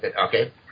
Okay